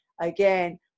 Again